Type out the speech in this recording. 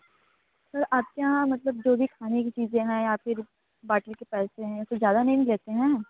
आपके यहाँ मतलब जो भी खाने की चीज़ें हैं या फिर बाटली की पैसे हैं तो ज़्यादा नहीं न लेते हैं